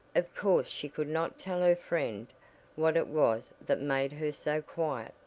of course she could not tell her friend what it was that made her so quiet,